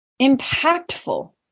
impactful